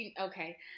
okay